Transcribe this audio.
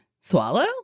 Swallow